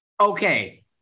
okay